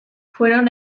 fueron